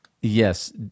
Yes